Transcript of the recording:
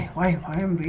i am